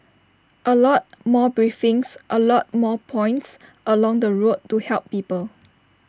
A lot more briefings A lot more points along the route to help people